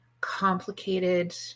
complicated